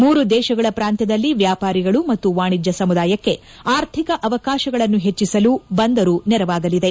ಮೂರು ದೇಶಗಳ ಪ್ರಾಂತ್ಯದಲ್ಲಿ ವ್ಯಾಪಾರಿಗಳು ಮತ್ತು ವಾಣಿಜ್ಯ ಸಮುದಾಯಕ್ಕೆ ಆರ್ಥಿಕ ಅವಕಾಶಗಳನ್ನು ಹೆಚ್ಚಿಸಲು ಬಂದರು ನೆರವಾಗಲಿದೆ